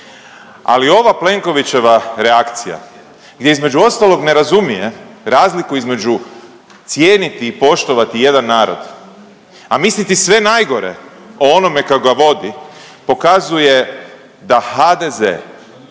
Ali ova Plenkovićeva reakcija gdje između ostalog ne razumije razliku između cijeniti i poštovati jedan narod, a misliti sve najgore o onome kako ga vodi, pokazuje da HDZ